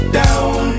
down